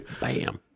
Bam